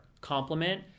compliment